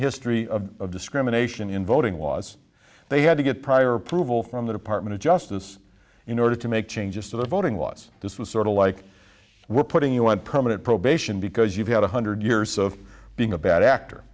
history of discrimination in voting was they had to get prior approval from the department of justice in order to make changes to the voting was this was sort of like we're putting you on permanent probation because you had one hundred years of being a bad actor